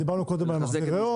דיברנו קודם על מחזירי אור.